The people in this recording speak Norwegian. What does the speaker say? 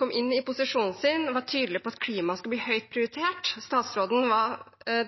kom inn i posisjonen som statsråd, var han tydelig på at klimaet skulle bli høyt prioritert. Statsråden var